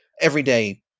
everyday